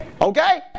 okay